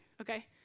Okay